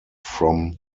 from